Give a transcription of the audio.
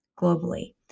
globally